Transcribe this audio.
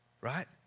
right